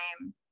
time